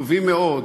טובים מאוד,